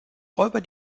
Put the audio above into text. räuber